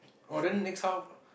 oh then next time